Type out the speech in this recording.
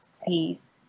please